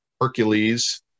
Hercules